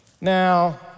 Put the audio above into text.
Now